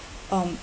um